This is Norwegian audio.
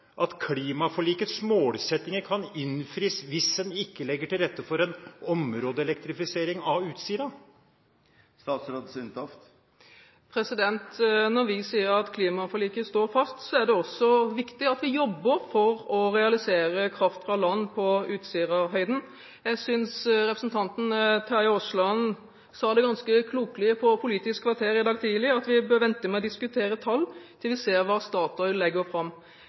at klimaforlikets målsettinger kan innfris hvis en ikke legger til rette for en områdeelektrifisering av Utsira-området? Når vi sier at klimaforliket står fast, er det også viktig at vi jobber for å realisere kraft fra land på Utsirahøyden. Jeg synes representanten Terje Aasland i Politisk kvarter i dag tidlig ganske klokt sa at vi bør vente med å diskutere tall til vi ser hva Statoil legger fram.